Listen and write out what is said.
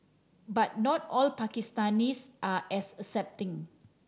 but not all Pakistanis are as accepting